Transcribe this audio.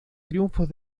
triunfos